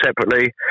separately